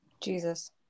jesus